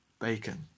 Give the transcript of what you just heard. bacon